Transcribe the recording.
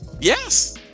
Yes